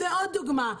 ועוד דוגמה,